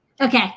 Okay